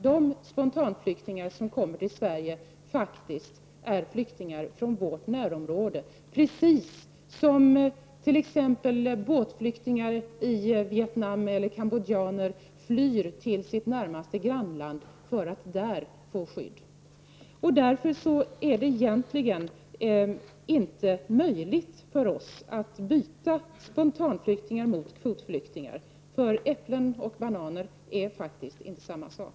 De spontanflyktingar som kommer till Sverige är flyktingar från vårt närområde. De flyr hit precis som båtflyktingar från Vietnam eller cambodjaner flyr till sitt närmaste grannland för att där få skydd. Det är därför egentligen inte möjligt för oss att byta spontanflyktingar mot kvotflyktingar. Äpplen och bananer är faktiskt inte samma sak.